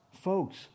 Folks